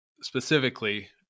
specifically